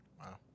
Wow